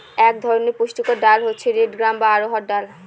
এক ধরনের পুষ্টিকর ডাল হচ্ছে রেড গ্রাম বা অড়হর ডাল